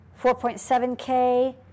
4.7K